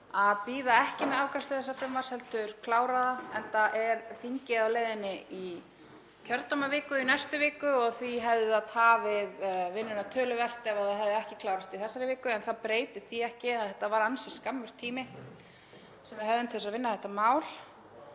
að bíða ekki með afgreiðslu þessa frumvarps heldur klára það, enda er þingið á leiðinni í kjördæmaviku í næstu viku og því hefði það tafið vinnuna töluvert ef það hefði ekki klárast í þessari viku. En það breytir því ekki að þetta var ansi skammur tími sem við höfðum til að vinna þetta mál.